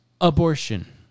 abortion